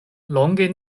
longe